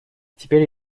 теперь